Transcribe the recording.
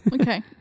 Okay